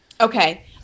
Okay